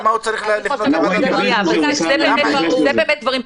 למה הוא צריך לפנות לוועדת חריגים --- אלה דברים פרטניים.